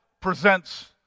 presents